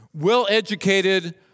well-educated